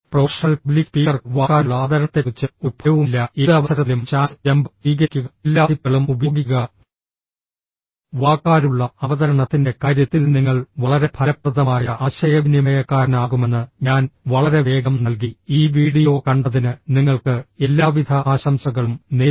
professional public സ്പീക്കർക്ക് വാക്കാലുള്ള അവതരണത്തെക്കുറിച്ച് ഒരു ഭയവുമില്ല ഏത് അവസരത്തിലും ചാൻസ് ജമ്പ് സ്വീകരിക്കുക എല്ലാ ടിപ്പുകളും ഉപയോഗിക്കുക വാക്കാലുള്ള അവതരണത്തിന്റെ കാര്യത്തിൽ നിങ്ങൾ വളരെ ഫലപ്രദമായ ആശയവിനിമയക്കാരനാകുമെന്ന് ഞാൻ വളരെ വേഗം നൽകി ഈ വീഡിയോ കണ്ടതിന് നിങ്ങൾക്ക് എല്ലാവിധ ആശംസകളും നേരുന്നു